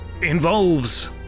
involves